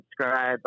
subscribe